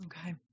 Okay